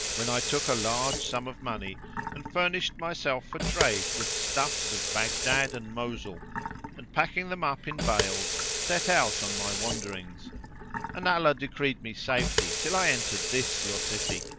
when i took a large sum of money and furnished myself for trade with stuffs of baghdad and mosul and, packing them up in bales, set out on my wanderings and allah decreed me safety till i entered this your city.